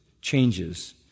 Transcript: changes